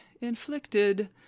inflicted